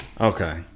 Okay